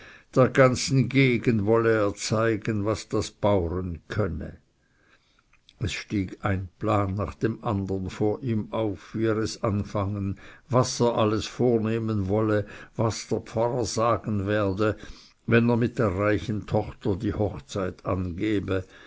der ganzen gegend wolle er zeigen was das bauren könne es stieg ein plan nach dem andern vor ihm auf wie er es anfangen was er alles vornehmen wolle was der pfarrer sagen werde wenn er mit der reichen tochter die hochzeit angebe